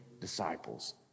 disciples